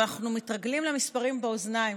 אבל אנחנו מתרגלים למספרים באוזניים,